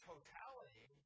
Totality